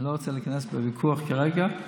אני לא רוצה להיכנס לוויכוח כרגע,